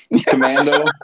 commando